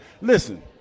Listen